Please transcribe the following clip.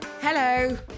Hello